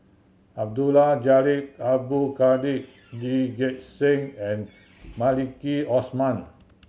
Abdul Jalil Abdul Kadir Lee Gek Seng and Maliki Osman